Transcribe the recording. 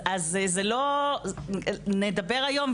נדבר היום,